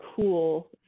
cool